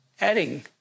adding